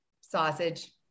Sausage